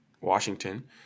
Washington